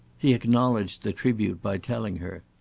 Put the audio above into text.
he acknowledged the tribute by telling her.